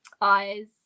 eyes